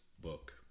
book